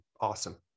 awesome